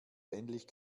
ähnlich